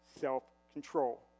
self-control